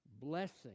Blessing